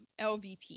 LVP